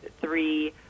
three